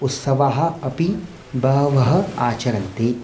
उत्सवाः अपि बहवः आचर्यन्ते